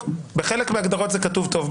בחלק מההגדרות זה כתוב טוב,